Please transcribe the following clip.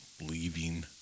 leaving